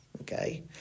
Okay